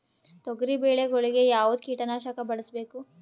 ತೊಗರಿಬೇಳೆ ಗೊಳಿಗ ಯಾವದ ಕೀಟನಾಶಕ ಬಳಸಬೇಕು?